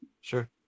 sure